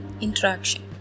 interaction